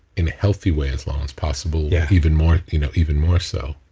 in a healthy way as long as possible yeah even more you know even more so.